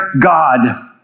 God